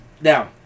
now